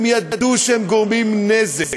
הם ידעו שהם גורמים נזק,